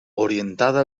orientada